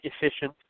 efficient